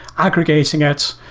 aggregating it.